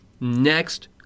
Next